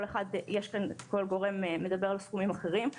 כל גורם מדבר על סכומים אחרים.